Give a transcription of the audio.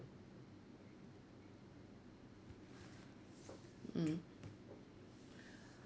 mm